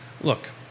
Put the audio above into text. look